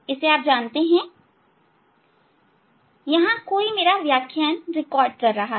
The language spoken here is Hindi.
इसे आप जानते हैं यहां कोई मेरा व्याख्यान रिकॉर्ड कर रहा है